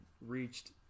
reached